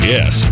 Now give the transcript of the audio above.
Yes